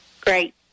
Great